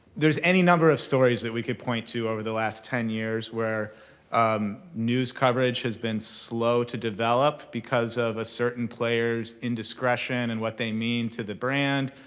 there's any number of stories that we can point to over the last ten years where um news coverage has been slow to develop because of a certain player's indiscretion and what they mean to the brand.